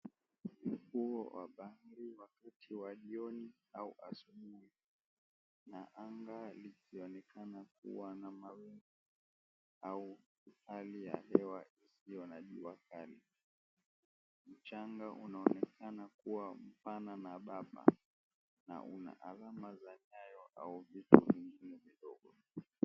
Ufuo wa bahari wakati wa jioni au asubuhi na anga ilivyo onekana kuwa na mawingu au hali ya hewa isiyokuwa na jua kali. Mchanga unaonekana kuwa bana na bafa na una alama za nyayo au vitu vilivyo vidogo.